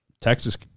texas